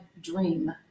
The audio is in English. dream